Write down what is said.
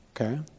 Okay